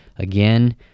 Again